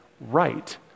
right